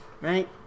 right